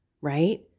right